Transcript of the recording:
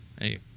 hey